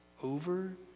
Over